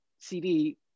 CD